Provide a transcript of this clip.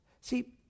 See